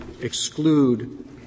exclude